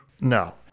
No